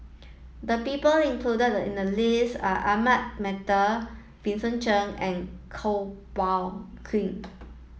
the people included in the list are Ahmad Mattar Vincent Cheng and Kuo Pao Kun